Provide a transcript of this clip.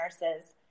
nurses